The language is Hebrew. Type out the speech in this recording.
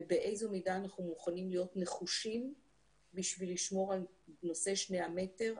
ובאיזו מידה אנחנו מוכנים להיות נחושים בשביל לשמור על נושא שני המטר,